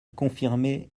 confirmé